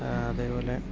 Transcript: അതേപോലെ